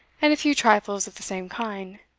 and a few trifles of the same kind.